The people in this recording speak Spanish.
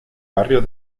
barrio